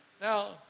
Now